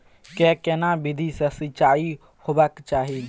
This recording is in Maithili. के केना विधी सॅ सिंचाई होबाक चाही?